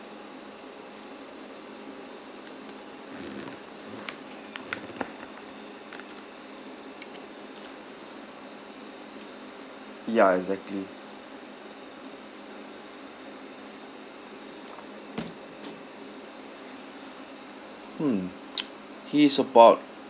ya exactly hmm he's about